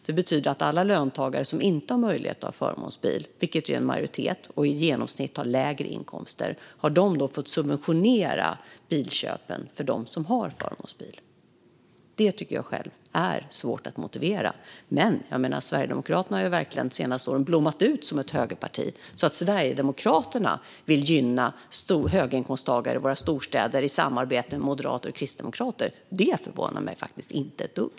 Det betyder att alla löntagare som inte har möjlighet att ha förmånsbil, vilket är en majoritet, och i genomsnitt har lägre inkomster har fått subventionera bilköpen för dem som har förmånsbil. Det tycker jag själv är svårt att motivera. Men Sverigedemokraterna har de senaste åren verkligen blommat ut som ett högerparti. Att Sverigedemokraterna vill gynna höginkomsttagare i våra storstäder i samarbete med moderater och kristdemokrater förvånar mig inte ett dugg.